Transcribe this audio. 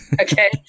Okay